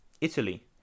Italy